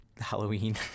Halloween